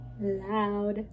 loud